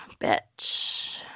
bitch